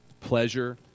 Pleasure